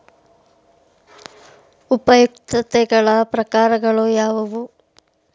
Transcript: ಉಪಯುಕ್ತತೆಗಳ ಪ್ರಕಾರಗಳು ಯಾವುವು?